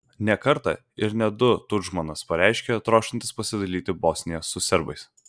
ne kartą ir ne du tudžmanas pareiškė trokštantis pasidalyti bosniją su serbais